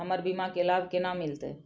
हमर बीमा के लाभ केना मिलते?